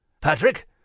Patrick